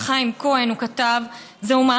וכמו שכתב השופט חתן פרס ישראל,